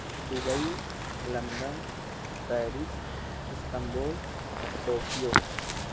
Dubai London Paris Istanbul Tokyo